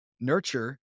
nurture